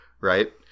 Right